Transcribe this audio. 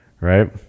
Right